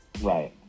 Right